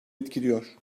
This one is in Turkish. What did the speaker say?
etkiliyor